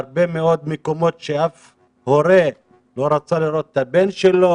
אולי בהרבה מאוד מקומות שאף הורה לא רצה לראות את הבן שלו.